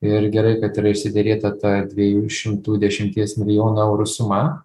ir gerai kad yra išsiderėta ta dviejų šimtų dešimties milijonų eurų suma